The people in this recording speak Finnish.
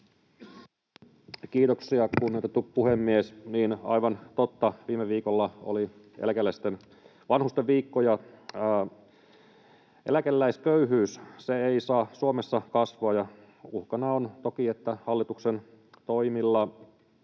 Content: Kunnioitettu puhemies! Niin, aivan totta, viime viikolla oli eläkeläisten Vanhustenviikko. Eläkeläisköyhyys ei saa Suomessa kasvaa, ja uhkana on toki, että hallituksen toimilla